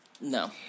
No